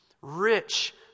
Rich